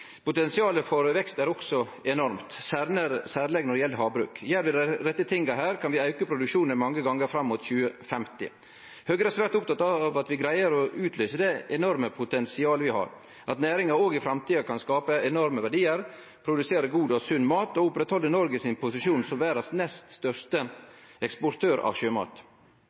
Potensialet for vekst er også enormt, særleg når det gjeld havbruk. Gjer vi dei rette tinga her, kan vi auke produksjonen mange gonger fram mot 2050. Høgre er svært opptatt av at vi greier å utløyse det enorme potensialet vi har, at næringa òg i framtida kan skape enorme verdiar, produsere god og sunn mat og oppretthalde Noregs posisjon som verdas nest største eksportør av sjømat.